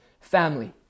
family